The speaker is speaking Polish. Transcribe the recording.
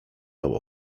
lał